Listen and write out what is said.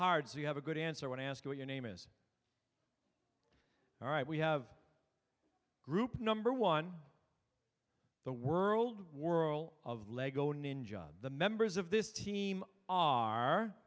hard so you have a good answer when i ask what your name is all right we have a group number one the world whirl of lego ninja the members of this team are